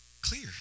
clear